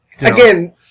Again